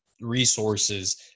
resources